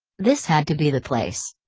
this had to be the place.